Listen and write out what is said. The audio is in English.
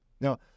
Now